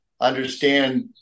understand